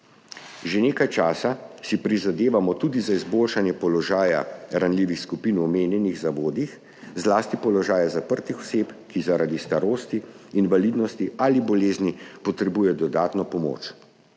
Že nekaj časa si prizadevamo tudi za izboljšanje položaja ranljivih skupin v omenjenih zavodih, zlasti položaja zaprtih oseb, ki zaradi starosti, invalidnosti ali bolezni potrebujejo dodatno pomoč.